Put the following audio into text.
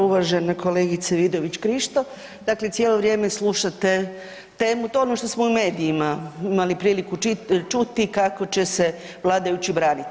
Uvažena kolegice Vidović Krišto, dakle cijelo vrijeme slušate temu, to je ono što smo u medijima imali priliku čuti kako će se vladajući braniti.